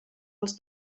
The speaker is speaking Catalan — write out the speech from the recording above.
als